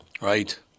Right